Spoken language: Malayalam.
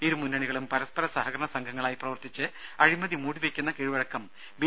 ഇരുമുന്നണികളും പരസ്പര സഹകരണസംഘങ്ങളായി പ്രവർത്തിച്ച് അഴിമതി മൂടിവെയ്ക്കുന്ന കീഴ് വഴക്കം ബി